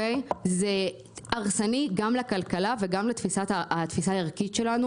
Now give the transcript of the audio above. זה הרסני גם לכלכלה וגם לתפיסה הערכית שלנו,